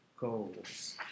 goals